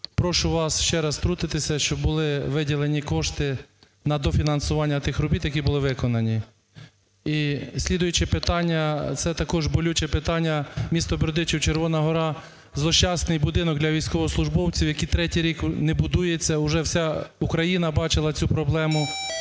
Прошу вас ще раз втрутитися, щоб були виділені кошти на дофінансування тих робіт, які були виконані. Іслідуюче питання, це також болюче питання. Місто Бердичів, Червона гора, злощасний будинок для військовослужбовців, який третій рік не будується. Вже вся Україна бачила цю проблему.